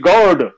God